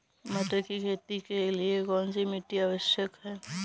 मटर की खेती के लिए कौन सी मिट्टी आवश्यक है?